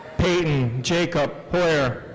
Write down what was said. peyton jacob hoyer.